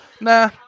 nah